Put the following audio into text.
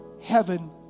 heaven